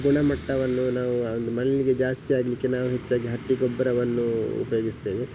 ಗುಣಮಟ್ಟವನ್ನು ನಾವು ಒಂದು ಮಲ್ಲಿಗೆ ಜಾಸ್ತಿ ಆಗಲಿಕ್ಕೆ ನಾವು ಹೆಚ್ಚಾಗಿ ಹಟ್ಟಿಗೊಬ್ಬರವನ್ನು ಉಪಯೋಗಿಸ್ತೇವೆ